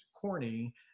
corny